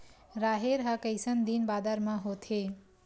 राहेर ह कइसन दिन बादर म होथे?